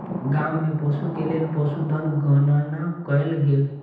गाम में पशु के लेल पशुधन गणना कयल गेल